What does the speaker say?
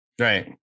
Right